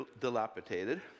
dilapidated